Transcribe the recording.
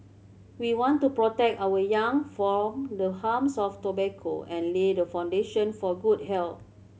we want to protect our young from the harms of tobacco and lay the foundation for good health